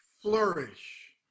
flourish